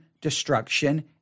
destruction